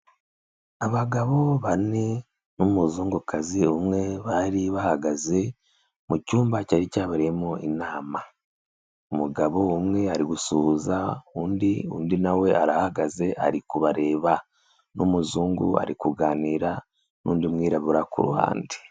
Abagabo bane n'umuzungukazi umwe bari bahagaze mu cyumba cyari cyabereyemo inama, umugabo umwe ari gusuhuza undi, undi na we arahagaze ari kubareba n'umuzungu ari kuganira n'undi mwirabura ku ruhande.